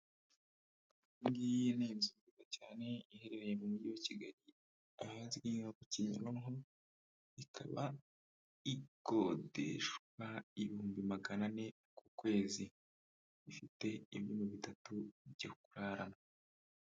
Iyi ngiyi ni inzu nziza cyane, iherereye mu mujyi wa Kigali, ahazwi nka Kimironko, ikaba ikodeshwa ibihumbi magana ane ku kwezi, ifite ibyumba bitatu byo kuraramo.